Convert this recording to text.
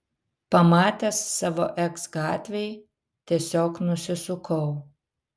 pamatęs savo eks gatvėj tiesiog nusisukau